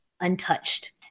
untouched